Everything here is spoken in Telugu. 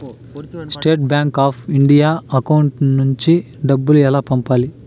State bank of India account నుంచి డబ్బులు ఎలా పంపాలి?